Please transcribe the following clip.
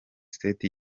state